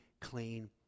clean